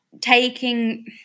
taking